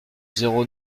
zéro